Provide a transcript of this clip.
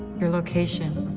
your location,